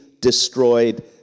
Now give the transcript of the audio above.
destroyed